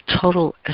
total